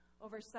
over